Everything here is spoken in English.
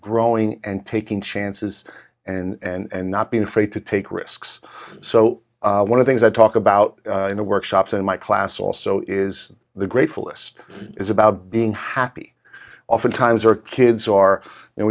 growing and taking chances and not being afraid to take risks so one of things i talk about in the workshops in my class also is the grateful list is about being happy oftentimes or kids are and